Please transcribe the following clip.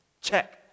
Check